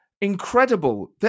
incredible